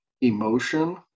emotion